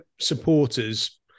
supporters